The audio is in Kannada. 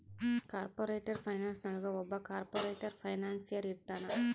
ಕಾರ್ಪೊರೇಟರ್ ಫೈನಾನ್ಸ್ ಒಳಗ ಒಬ್ಬ ಕಾರ್ಪೊರೇಟರ್ ಫೈನಾನ್ಸಿಯರ್ ಇರ್ತಾನ